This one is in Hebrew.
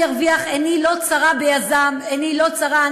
שהיזם ירוויח, עיני לא צרה ביזם, עיני לא צרה.